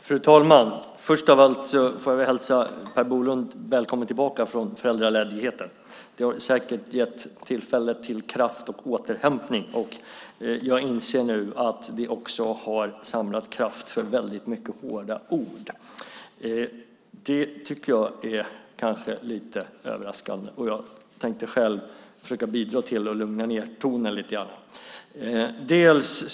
Fru talman! Först av allt får jag hälsa Per Bolund välkommen tillbaka från föräldraledigheten. Det har säkert gett tillfälle till kraftsamling och återhämtning. Jag inser nu också att vi också har samlat kraft för väldigt mycket hårda ord. Det tycker jag kanske är lite överraskande, och jag tänkte själv försöka bidra till att lugna ned tonen lite grann.